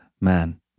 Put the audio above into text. Man